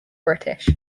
british